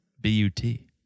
B-U-T